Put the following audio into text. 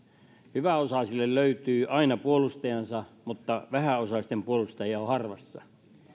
hyväosaisille löytyy aina puolustajansa mutta vähäosaisten puolustajia on harvassa